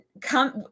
come